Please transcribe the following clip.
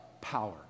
power